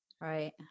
Right